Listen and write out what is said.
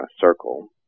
circle